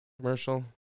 commercial